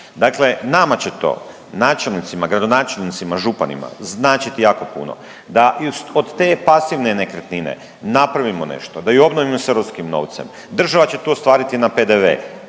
Dakle nama će to načelnicima, gradonačelnicima, županima, značiti jako puno da od te pasivne nekretnine napravimo nešto, da ju obnovimo s europskim novcem. Država će tu ostvariti na PDV